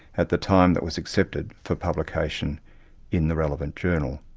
at the time that was accepted for publication in the relevant journal.